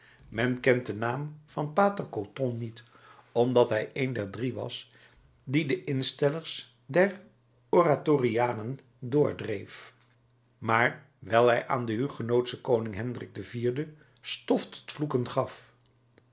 men kent den naam van pater coton niet omdat hij een der drie was die de instellers der oratorianen doordreef maar wijl hij aan den hugenootschen koning hendrik iv stof tot vloeken gaf